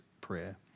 prayer